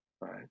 right